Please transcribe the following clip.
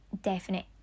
definite